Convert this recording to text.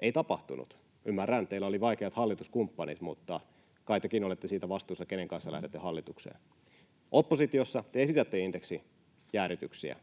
Ei tapahtunut. Ymmärrän, teillä oli vaikeat hallituskumppanit, mutta kai tekin olette siitä vastuussa, kenen kanssa lähdette hallitukseen. Oppositiossa te esitätte indeksijäädytyksiä,